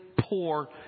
poor